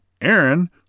Aaron